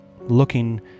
looking